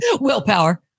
Willpower